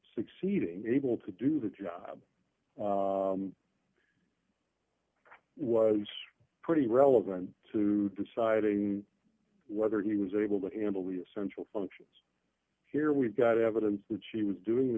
succeeding able to do the job was pretty relevant to deciding whether he was able to handle the essential functions here we've got evidence that she was doing the